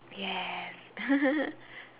yes